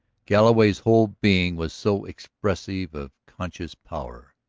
galloway's whole being was so expressive of conscious power,